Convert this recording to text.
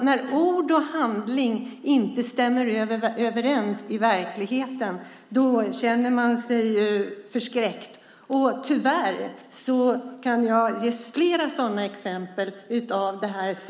När ord och handling inte stämmer överens blir man förskräckt. Tyvärr kan jag ge flera sådana exempel.